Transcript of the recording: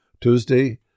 Tuesday